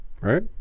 Right